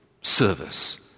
service